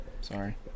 Sorry